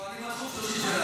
לא, אני בתחום 30 שנה.